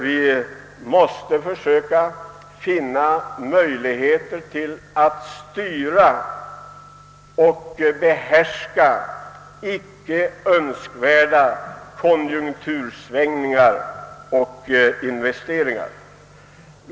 Vi måste försöka finna möjligheter att styra och behärska icke önskvärda konjunktursvängningar och investeringar.